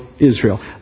Israel